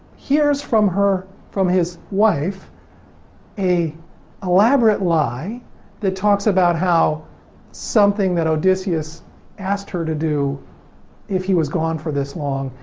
hears from her, from his wife a elaborate lie that talks about how something that odysseus asked her to do if he was gone for this long,